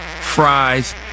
fries